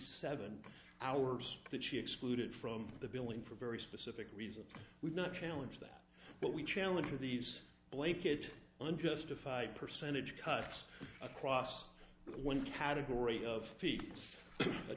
seven hours that she excluded from the building for very specific reasons we've not challenge that but we challenge to these placate unjustified percentage cuts across one category of